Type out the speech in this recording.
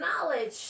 knowledge